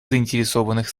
заинтересованных